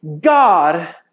God